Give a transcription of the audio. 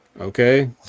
okay